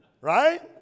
Right